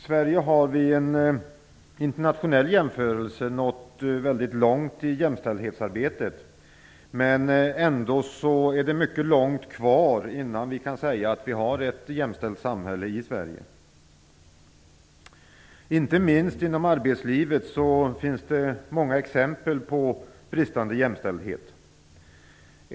Sverige har i en internationell jämförelse nått mycket långt i jämställdhetsarbete, men det är ändå mycket långt kvar innan vi kan säga att vi har ett jämställt samhälle i Det finns många exempel på bristande jämställdhet, inte minst inom arbetslivet.